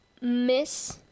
miss